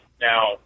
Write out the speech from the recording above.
Now